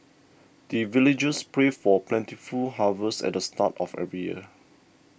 the villagers pray for plentiful harvest at the start of every year